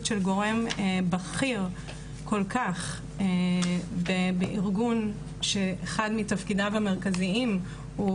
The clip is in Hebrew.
של גורם בכיר כל כך בארגון שאחד מתפקידיו המרכזיים הוא